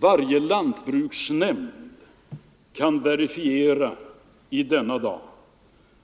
Varje lantbruksnämnd kan i denna dag verifiera